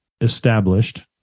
established